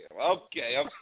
Okay